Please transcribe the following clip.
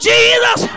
Jesus